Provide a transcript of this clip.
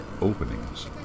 openings